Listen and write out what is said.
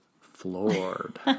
floored